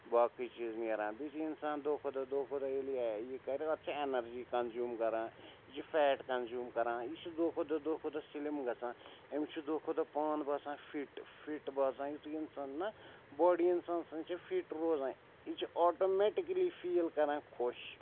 باقٕے چیٖز نیران بیٚیہِ چھِ اِنسان دۄہ کھۄ دۄہ دۄہ کھۄ دۄہ ییٚلہِ یہِ کَرِ اَتھ چھِ اٮ۪نَرجی کنٛزیوٗم کران یہِ چھُ فیٹ کنٛزیوٗم کران یہِ چھُ دۄہ کھۄ دۄہ دۄہ کھۄ دۄہ سِلِم گژھان أمِس چھُ دۄہ کھۄ دۄہ پان باسان فِٹ فِٹ باسان یُتھُے اِنسان نَہ باڈی اِنسان سٕنٛز چھِ فِٹ روزان یہِ چھِ آٹومٮ۪ٹِکٔلی فیٖل کَران خۄش